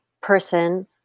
person